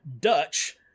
Dutch